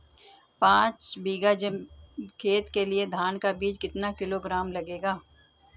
पाँच बीघा खेत के लिये धान का बीज कितना किलोग्राम लगेगा?